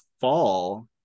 fall